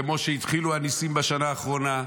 כמו שהתחילו הניסים בשנה האחרונה,